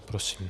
Prosím.